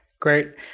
great